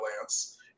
Lance